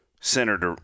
centered